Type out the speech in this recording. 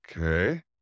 Okay